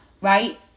right